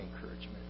encouragement